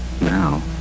now